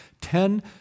Ten